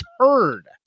turd